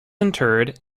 interred